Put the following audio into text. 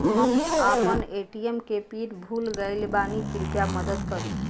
हम आपन ए.टी.एम के पीन भूल गइल बानी कृपया मदद करी